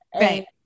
Right